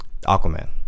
Aquaman